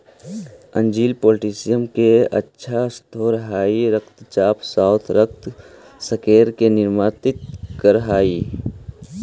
अंजीर पोटेशियम के अच्छा स्रोत हई जे रक्तचाप आउ रक्त शर्करा के नियंत्रित कर हई